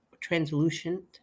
translucent